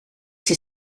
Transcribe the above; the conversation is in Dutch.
zit